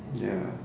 ya